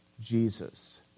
Jesus